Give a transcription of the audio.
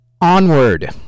Onward